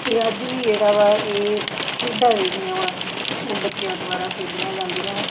ਅਤੇ ਅੱਜ ਵੀ ਜਿਹੜਾ ਵਾ ਇਹ ਖੇਡਾਂ ਜਿਹੜੀਆਂ ਵਾ ਉਹ ਬੱਚਿਆਂ ਦੁਆਰਾ ਖੇਡੀਆਂ ਜਾਂਦੀਆਂ ਵਾ